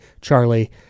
Charlie